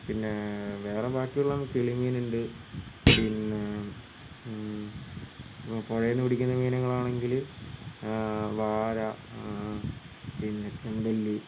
പിന്നെ വേറെ ബാക്കിയുള്ള കിളിമീനുണ്ട് പിന്നെ പുഴയിൽ നിന്ന് പിടിക്കുന്ന മീനുകളാണെങ്കിൽ വാര പിന്നെ ചെമ്പല്ലി